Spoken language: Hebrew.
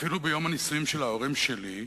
אפילו ביום הנישואים של ההורים שלי,